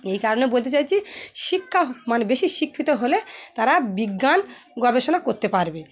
এই কারণে বলতে চাইছি শিক্ষা মানে বেশি শিক্ষিত হলে তারা বিজ্ঞান গবেষণা করতে পারবে